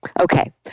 Okay